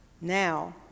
Now